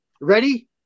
ready